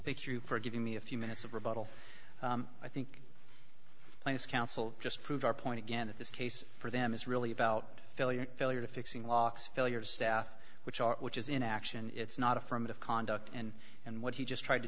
thank you for giving me a few minutes of rebuttal i think his counsel just proves our point again in this case for them is really about failure failure to fixing locks failure of staff which are which is in action it's not affirmative conduct and and what he just tried to